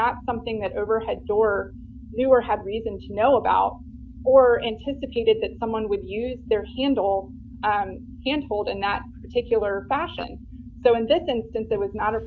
not something that overhead or knew or had reason to know about or anticipated that someone would use their handle and hold in that particular fashion so in this instance it was not a